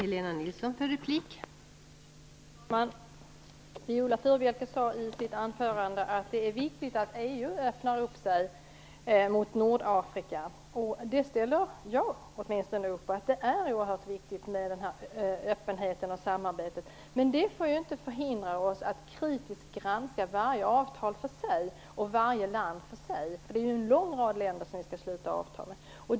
Fru talman! Viola Furubjelke sade i sitt anförande att det är viktigt att EU öppnar sig mot Nordafrika. Det ställer jag upp på. Det är oerhört viktigt med öppenhet och samarbete. Men det får inte hindra oss att kritiskt granska varje avtal för sig och varje land för sig. Det är ju en lång rad länder som vi skall sluta avtal med.